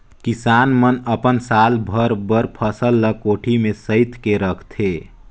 किसान मन अपन साल भर बर फसल ल कोठी में सइत के रखथे